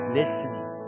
listening